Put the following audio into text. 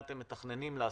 מה אתם מתכננים לעשות,